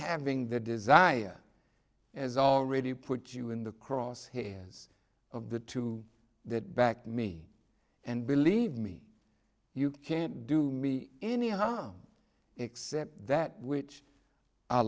having the desire as already put you in the crosshairs of the two that back me and believe me you can't do me any harm except that which a